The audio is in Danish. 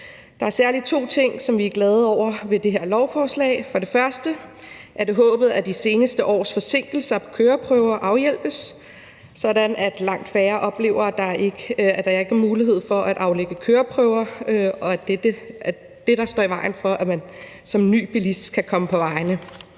Der er særlig to ting, som vi er glade over, i det her lovforslag. For det første er det håbet, at de seneste års forsinkelser af køreprøver afhjælpes, sådan at langt færre oplever, at der ikke er mulighed for at aflægge køreprøve, og at det er det, der står i vejen for, at man som ny bilist kan komme på vejene.